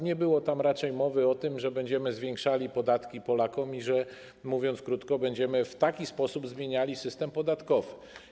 Nie było tam raczej mowy o tym, że będziemy zwiększali podatki Polakom i że, mówiąc krótko, będziemy w taki sposób zmieniali system podatkowy.